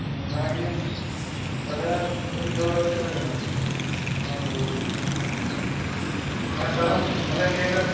ᱚᱱᱟ ᱜᱮ ᱛᱟᱦᱚᱞᱮ ᱛᱮᱦᱮᱧ ᱫᱚ ᱪᱮᱫ ᱵᱟᱨ ᱠᱟᱱᱟ ᱟᱨ ᱫᱚᱥ ᱛᱟᱦᱚᱞᱮ ᱱᱤᱭᱟ ᱠᱚ